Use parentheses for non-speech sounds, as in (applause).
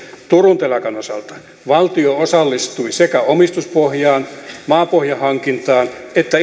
turun telakan osalta valtio osallistui sekä omistuspohjaan maapohjahankintaan että (unintelligible)